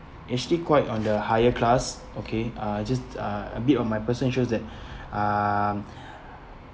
actually quite on the higher class okay uh just uh a bit on my personal insurance that um